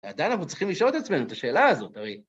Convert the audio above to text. עדיין אנחנו צריכים לשאול את עצמנו את השאלה הזאת, הרי...